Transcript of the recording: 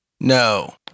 No